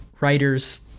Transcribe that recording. writers